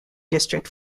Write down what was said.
district